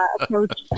approach